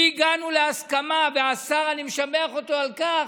הגענו להסכמה, והשר, אני משבח אותו על כך,